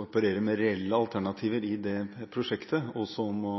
opererer med reelle alternativer i dette prosjektet, også å